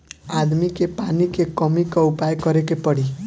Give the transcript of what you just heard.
आदमी के पानी के कमी क उपाय करे के पड़ी